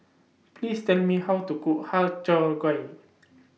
Please Tell Me How to Cook Har Cheong Gai